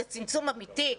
זה צמצום אמיתי,